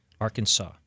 Arkansas